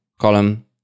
column